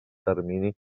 termini